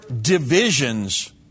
divisions